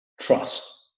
trust